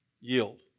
Yield